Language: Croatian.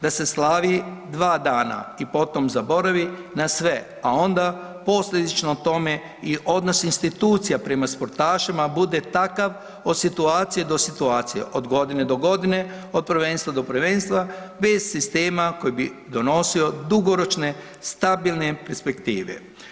Da se slavi 2 dana i potom zaboravi na sve, a onda posljedično tome i odnos institucija prema sportašima bude takav od situacije do situacije, od godine do godine, od prvenstva do prvenstva bez sistema koji bi donosio dugoročne stabilne perspektive.